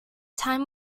time